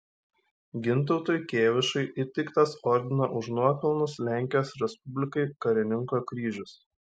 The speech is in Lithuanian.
gintautui kėvišui įteiktas ordino už nuopelnus lenkijos respublikai karininko kryžius